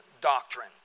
doctrine